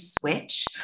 switch